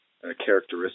characteristic